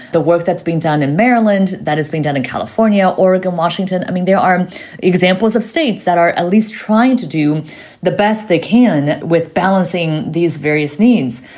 the work that's been done in maryland, that has been done in california, oregon, washington, i mean, there are examples of states that are at least trying to do the best they can with balancing these various needs.